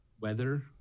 Weather